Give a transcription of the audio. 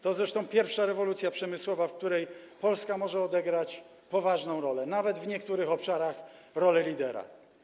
To zresztą pierwsza rewolucja przemysłowa, w której Polska może odegrać poważną rolę, w niektórych obszarach nawet rolę lidera.